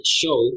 show